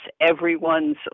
everyone's